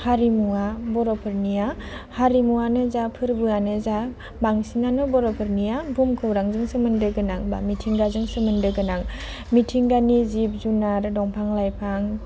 हारिमुवा बर'फोरनिया हारिमुवानो जा फोरबोआनो जा बांसिनानो बर'फोरनिया बुहुमखौरांजों सोमोन्दो गोनां बा मिथिंगाजों सोमोन्दो गोनां मिथिंगानि जिब जुनार दंफां लाइफां